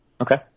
Okay